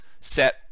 set